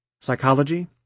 psychology